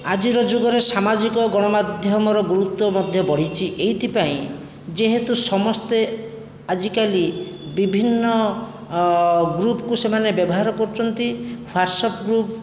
ଆଜିର ଯୁଗରେ ସାମାଜିକ ଗଣମାଧ୍ୟମର ଗୁରୁତ୍ଵ ମଧ୍ୟ ବଢ଼ିଛି ଏଇଥିପାଇଁ ଯେହେତୁ ସମସ୍ତେ ଆଜିକାଲି ବିଭିନ୍ନ ଗ୍ରୁପ୍କୁ ସେମାନେ ବ୍ୟବହାର କରୁଛନ୍ତି ୱାଟ୍ସପ୍ ଗ୍ରୁପ୍